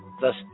thus